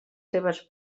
seves